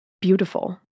beautiful